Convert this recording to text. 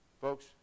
Folks